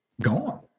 gone